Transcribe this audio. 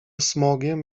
smokiem